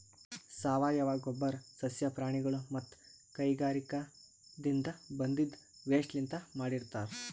ಸಾವಯವ ಗೊಬ್ಬರ್ ಸಸ್ಯ ಪ್ರಾಣಿಗೊಳ್ ಮತ್ತ್ ಕೈಗಾರಿಕಾದಿನ್ದ ಬಂದಿದ್ ವೇಸ್ಟ್ ಲಿಂತ್ ಮಾಡಿರ್ತರ್